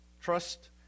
Trust